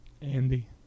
Andy